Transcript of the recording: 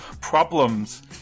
problems